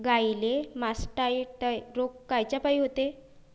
गाईले मासटायटय रोग कायच्यापाई होते?